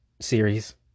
series